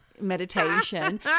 meditation